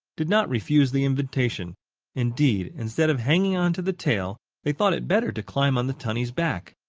did not refuse the invitation indeed, instead of hanging onto the tail, they thought it better to climb on the tunny's back.